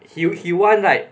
he he want like